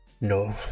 No